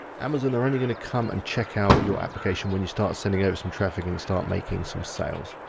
amazon are only gonna come and check out your application when you start sending out some traffic and start making some sales.